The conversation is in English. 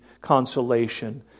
consolation